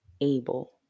able